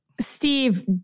Steve